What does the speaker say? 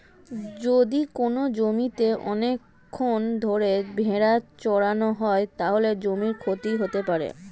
যদি কোনো জমিতে অনেকক্ষণ ধরে ভেড়া চড়ানো হয়, তাহলে জমির ক্ষতি হতে পারে